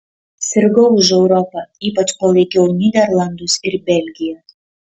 sirgau už europą ypač palaikiau nyderlandus ir belgiją